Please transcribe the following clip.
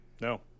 No